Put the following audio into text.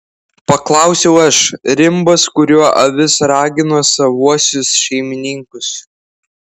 paklausiau aš rimbas kuriuo avis ragino savuosius šeimininkus